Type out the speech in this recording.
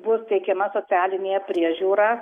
bus teikiama socialinė priežiūra